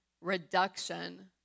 reduction